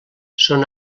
són